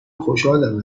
خوشحالم